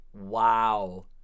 Wow